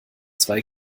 zwei